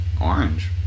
Orange